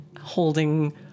holding